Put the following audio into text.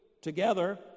together